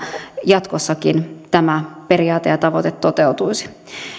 jatkossakin tämä periaate ja tavoite toteutuisi